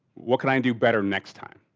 what can i and do better next time?